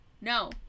No